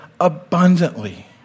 abundantly